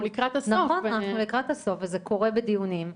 אנחנו לקראת סוף הדיון וזה קורה בדיונים,